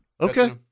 Okay